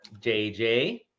JJ